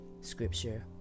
scripture